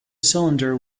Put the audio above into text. cylinder